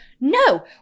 no